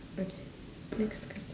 okay next question